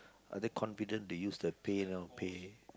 are they confident to use the PayNow pay